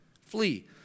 Flee